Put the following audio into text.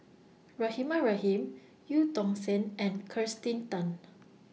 Rahimah Rahim EU Tong Sen and Kirsten Tan